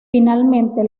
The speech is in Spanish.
finalmente